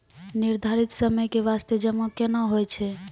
निर्धारित समय के बास्ते जमा केना होय छै?